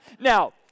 Now